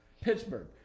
Pittsburgh